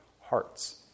hearts